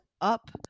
up